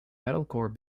metalcore